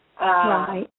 Right